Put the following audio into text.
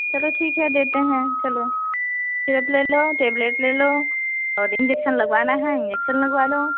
चलो ठीक है देते हैं चलो सिरप ले लो टेबलेट ले लो और इंजेक्शन लगवाना है इंजेक्शन लगवा लो